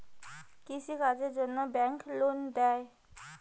কৃষি কাজের জন্যে ব্যাংক লোন দেয়?